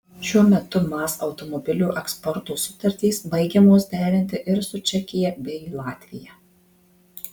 šiuo metu maz automobilių eksporto sutartys baigiamos derinti ir su čekija bei latvija